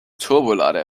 turbolader